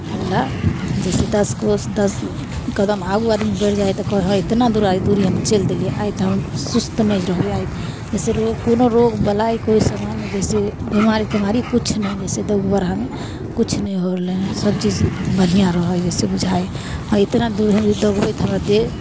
हौला जइसे दस कोस दस कदम आगू आदमी बढ़ि जाइ हइ तऽ कहै हइ इतना दूर दूरी हम चलि देलियै आइ तऽ हम सुस्त नहि रहबै आइ जइसे रोग कोनो रोग बलाए कोइ सामान जइसे बिमारी तिमारी किछु नहि जैसे दौड़ बढ़ामे किछु नहि होलय हइ सभचीज बढ़िआँ रहै हइ से बुझाइ हइ हँ इतना दूर हम जे दौड़बै तऽ हमरा देह